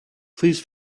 please